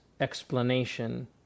explanation